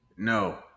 No